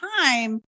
time